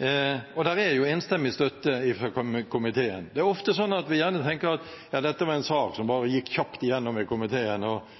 Det er enstemmig støtte fra komiteen. Det er ofte sånn at vi tenker at ja, dette var en sak som gikk kjapt igjennom i komiteen, og